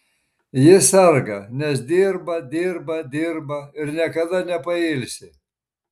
ji serga nes dirba dirba dirba ir niekada nepailsi